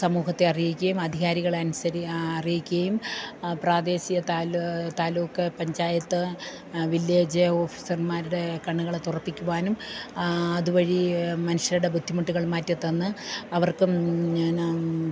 സമൂഹത്തെ അറിയിക്കുകയും അധികാരികളെ അനുസരിച്ച് അറിയിക്കുകയും പ്രാദേശിക താലുക്ക് താലൂക്ക് പഞ്ചായത്ത് വില്ലേജ് ഓഫീസർമ്മാരുടെ കണ്ണുകളെ തുറപ്പിക്കുവാനും അതുവഴി മനുഷ്യരുടെ ബുദ്ധിമുട്ടുകൾ മാറ്റിത്തന്ന് അവർക്കും